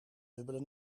dubbele